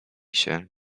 się